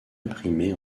imprimé